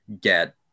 get